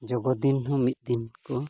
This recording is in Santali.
ᱡᱳᱜ ᱫᱤᱱ ᱦᱚᱸ ᱢᱤᱫ ᱫᱤᱱ ᱠᱚ